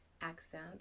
accent